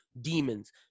demons